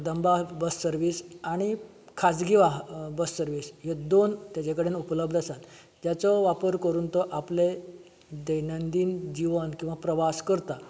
Kadamba bus service आनी खाजगी वाहन बस सरवीस ह्यो दोन ताजे कडेन उपलब्ध आसात ज्याचो वापर करून तो आपलें दैनांदीन जीवन किंवा प्रवास करता